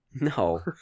No